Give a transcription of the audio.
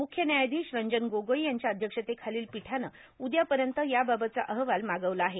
मुख्य न्यायाधीश रंजन गोगोई यांच्या अध्यक्षतेखालील पीठानं उद्यापर्यंत याबाबतचा अहवाल मागवला आहे